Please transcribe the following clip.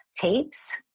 tapes